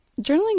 Journaling